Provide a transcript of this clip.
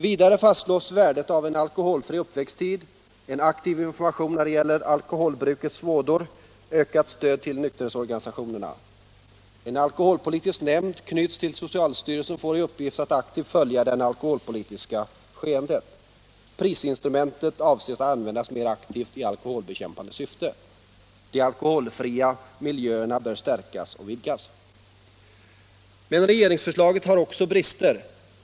Vidare fastslås värdet av en alkoholfri uppväxttid, en aktiv information när det gäller alkoholbrukets vådor och ökat stöd till nykterhetsorganisationerna. En alkoholpolitisk nämnd knyts till socialstyrelsen och får i uppgift att aktivt följa det alkoholpolitiska skeendet. Prisinstrumentet avses att användas mer aktivt i alkoholbekämpande syfte. De alkoholfria miljöerna bör stärkas och vidgas. Men regeringsförslaget hade också brister.